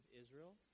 Israel